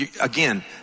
again